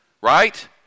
right